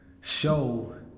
show